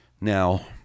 Now